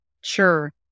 Sure